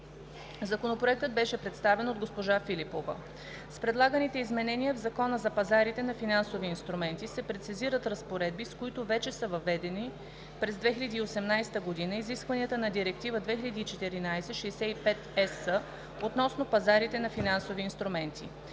Законопроектът беше представен от госпожа Филипова. С предлаганите изменения в Закона за пазарите на финансови инструменти се прецизират разпоредби, с които вече са въведени през 2018 г. изискванията на Директива 2014/65/ЕС относно пазарите на финансови инструменти.